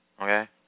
Okay